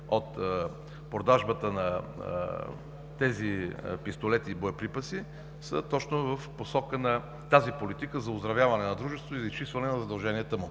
от продажбата на тези пистолети и боеприпаси, са точно в посока на политиката за оздравяване на дружеството и за изчистване на задълженията му.